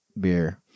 beer